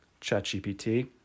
ChatGPT